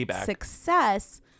success